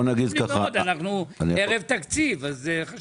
אנחנו ערב תקציב אז זה חשוב,